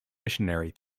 missionary